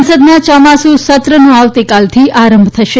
સંસદના ચોમાસુ સત્રનો આવતીકાલથી આરંભ થશે